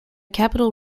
capitol